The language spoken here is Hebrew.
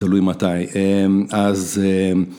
‫תלוי מתי. אז...